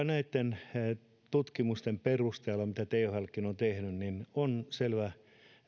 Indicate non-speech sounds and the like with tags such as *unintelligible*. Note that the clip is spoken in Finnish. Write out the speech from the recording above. *unintelligible* näitten tutkimusten perusteella mitä thlkin on tehnyt on selvä